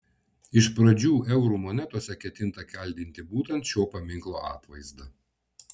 iš pradžių eurų monetose ketinta kaldinti būtent šio paminklo atvaizdą